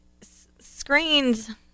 screens